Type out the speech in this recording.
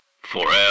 Forever